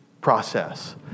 process